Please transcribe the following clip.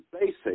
basic